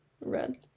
Red